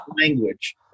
language